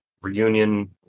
Reunion